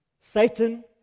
Satan